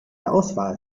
auswahl